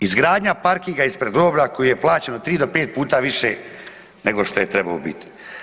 Izgradnja parkinga ispred groblja koji je plaćeno 3 do 5 puta više nego što je trebalo biti.